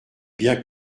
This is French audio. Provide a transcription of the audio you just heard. bien